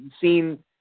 seen